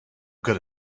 good